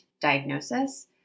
diagnosis